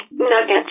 Nuggets